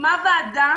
הוקמה וועדה